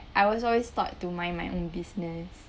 I was always taught to mind my own business